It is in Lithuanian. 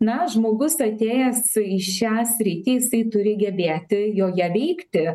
na žmogus atėjęs į šią sritį jisai turi gebėti joje veikti